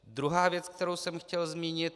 Druhá věc, kterou jsem chtěl zmínit.